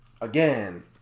Again